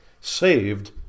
Saved